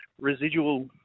residual